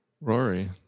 Rory